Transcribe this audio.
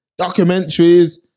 Documentaries